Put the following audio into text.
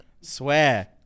Swear